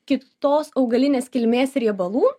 kitos augalinės kilmės riebalų